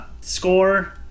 score